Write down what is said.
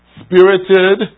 spirited